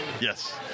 Yes